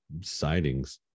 sightings